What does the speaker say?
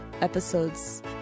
episodes